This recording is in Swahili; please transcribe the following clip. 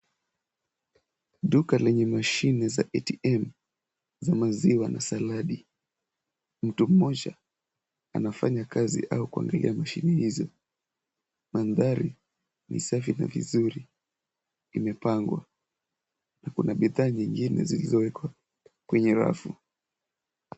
Duka lenye mashine za ATM za maziwa na saladi . Mtu mmoja anafanya kazi au kuangalia mashine hizo. Maandhari ni safi na vizuri. Imepangwa na kuna bidhaa nyingine zilizowekwa kwenye rafu.